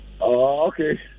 Okay